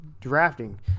drafting